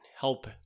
help